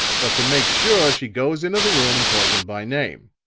but to make sure, she goes into the room and calls him by name.